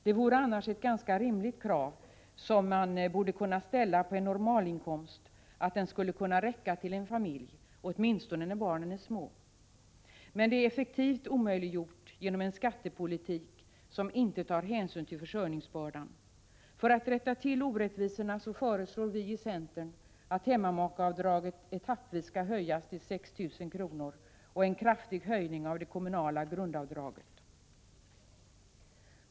Det vore annars ett ganska rimligt krav som man borde kunna ställa på en normalinkomst, att den skulle kunna räcka till en familj, åtminstone när barnen är små. Men det är effektivt omöjliggjort genom en skattepolitik som inte tar hänsyn till försörjningsbördan. För att rätta till orättvisorna föreslår vi att hemmamakeavdraget etappvis skall höjas till 6 000 kr. Vi föreslår också en kraftig höjning av det kommunala grundavdraget.